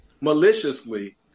maliciously